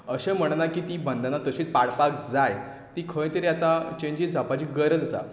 अशें म्हणना की तीं बंधना तशीं पाळपाक जाय तीं खंय तरी आतां चँजीस जावपाची गरज आसा